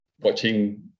watching